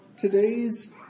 today's